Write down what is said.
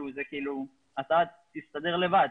אתה תסתדר לבד.